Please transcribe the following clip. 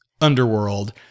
underworld